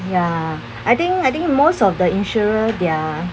ya I think I think most of the insurer their